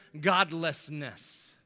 godlessness